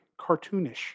cartoonish